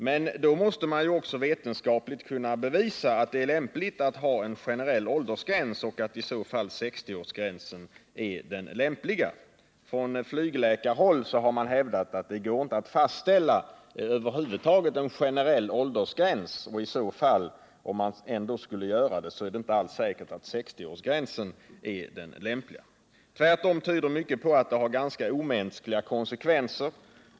Men då måste man även vetenskapligt kunna bevisa att det är lämpligt att ha en generell åldersgräns och att i så fall 60-årsgränsen är den lämpliga. Från flygläkarhåll hävdas att det över huvud taget inte går att fastställa en generell åldersgräns, och om man ändå skulle göra det är det inte säkert att 60-årsgränsen är den lämpliga. Tvärtom tyder mycket på att denna åldersgräns kan få ganska omänskliga konsekvenser.